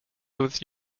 with